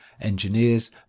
engineers